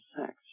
sex